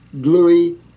gluey